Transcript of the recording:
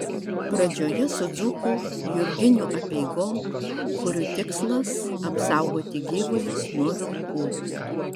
pradžioje su dzūkų jurginių apeigom kurių tikslas apsaugoti gyvulius nuo vilkų